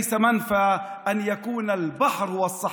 ולא גלות שאתה תהיה כ"אני"